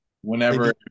whenever